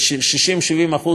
70% משוק האמוניה,